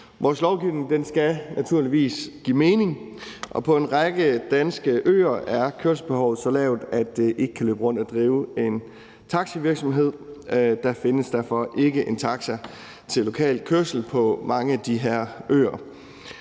Vores lovgivning skal naturligvis give mening, og på en række danske øer er kørselsbehovet så lavt, at det ikke kan løbe rundt at drive en taxavirksomhed. Der findes derfor ikke en taxa til lokal kørsel på mange af de her øer.